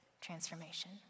transformation